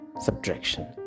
subtraction